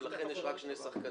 ולכן יש רק שני שחקנים.